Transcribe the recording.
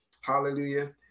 Hallelujah